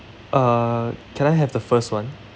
uh can I have the first [one]